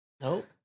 Nope